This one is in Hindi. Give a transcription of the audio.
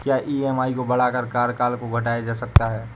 क्या ई.एम.आई को बढ़ाकर कार्यकाल को घटाया जा सकता है?